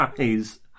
eyes